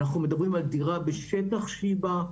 אנחנו מדברים על דירה בשטח שיבא,